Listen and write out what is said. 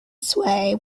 sway